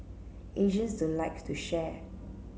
Asians don't like to share